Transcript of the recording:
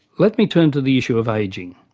let me turn to the issue of ageing.